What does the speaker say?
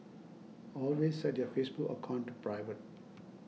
always set your Facebook account to private